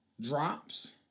drops